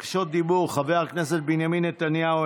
בקשות דיבור: חבר הכנסת בנימין נתניהו,